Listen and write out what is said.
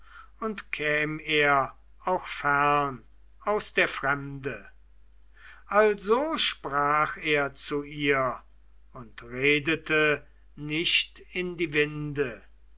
und kam er auch fern aus der fremde also sprach er zu ihr und redete nicht in die winde